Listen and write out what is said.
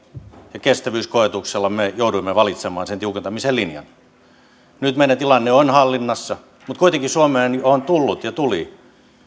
ja sen kestävyys oli koetuksella me jouduimme valitsemaan sen tiukentamisen linjan nyt meillä tilanne on hallinnassa mutta kuitenkin suomeen on tullut ja tuli